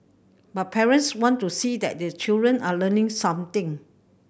but parents want to see that these children are learning something